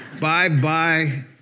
Bye-bye